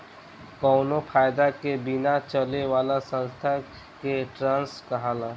कावनो फायदा के बिना चले वाला संस्था के ट्रस्ट कहाला